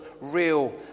real